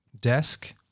desk